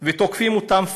ותוקפים אותם פיזית.